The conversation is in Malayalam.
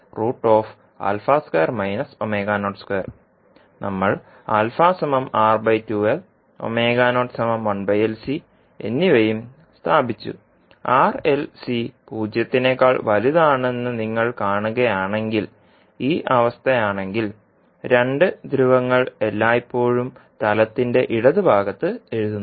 R L C 0 നേക്കാൾ വലുതാണെന്ന് നിങ്ങൾ കാണുകയാണെങ്കിൽ ഈ അവസ്ഥയാണെങ്കിൽ 2 ധ്രുവങ്ങൾ എല്ലായ്പ്പോഴും തലത്തിന്റെ ഇടത് ഭാഗത്ത് എഴുതുന്നു